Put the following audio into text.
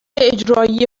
اجرایی